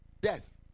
Death